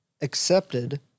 accepted